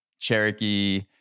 Cherokee